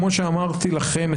כמו שאמרתי לכם,